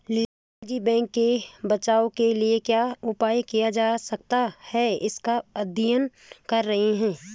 lily निजी बैंकों के बचाव के लिए क्या उपाय किया जा सकता है इसका अध्ययन कर रही है